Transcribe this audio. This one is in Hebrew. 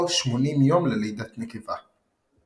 או שמונים יום ללידת נקבה.